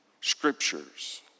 scriptures